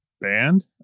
band